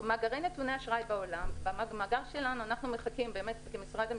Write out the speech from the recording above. במאגר שלנו, אנחנו מחכים, כמשרד המשפטים,